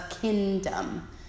kingdom